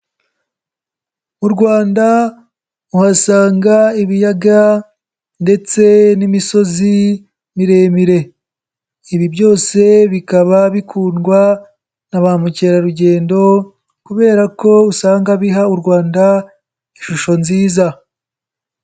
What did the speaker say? U Rwanda uhasanga ibiyaga ndetse n'imisozi miremire. Ibi byose bikaba bikundwa na ba mukerarugendo kubera ko usanga biha u Rwanda ishusho nziza.